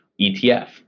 ETF